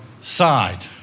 side